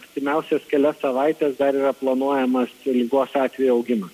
artimiausias kelias savaites dar yra planuojamas ligos atvejų augimas